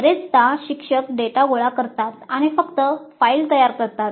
बरेचदा शिक्षक डेटा गोळा करतात आणि फक्त फाइल तयार करतात